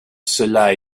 cela